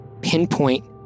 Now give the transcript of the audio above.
pinpoint